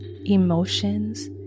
emotions